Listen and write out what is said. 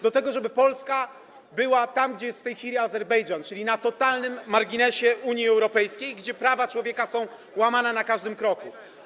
Do tego, żeby Polska była tam, gdzie jest w tej chwili Azerbejdżan, czyli na totalnym marginesie Unii Europejskiej, gdzie prawa człowieka są łamane na każdym kroku.